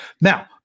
Now